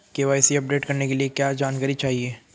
KYC update करने के लिए क्या जानकारी चाहिए?